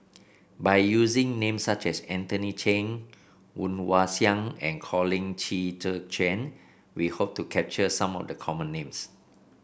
by using names such as Anthony Chen Woon Wah Siang and Colin Qi Zhe Quan we hope to capture some of the common names